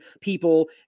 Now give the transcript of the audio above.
people